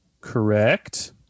Correct